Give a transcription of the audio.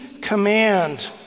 command